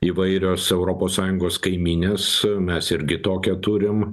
įvairios europos sąjungos kaimynės mes irgi tokią turim